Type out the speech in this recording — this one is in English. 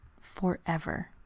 forever